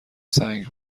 سنگ